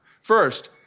First